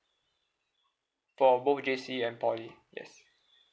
for both J_C and poly yes